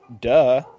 Duh